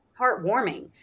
heartwarming